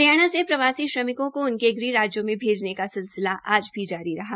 हरियाणा से प्रवासी श्रमिकों को उनके गृह राज्य में भेजने का सिलसिला भी जारी रहा